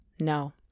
No